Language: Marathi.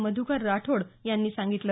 मध्कर राठोड यांनी सांगितलं